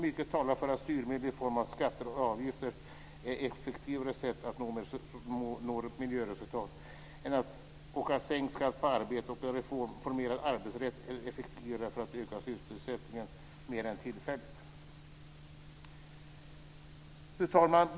Mycket talar för att styrmedel i form av skatter och avgifter är effektivare sätt att nå miljöresultat, och att sänkt skatt på arbete och en reformerad arbetsrätt är effektivare för att öka sysselsättningen mer än tillfälligt. Fru talman!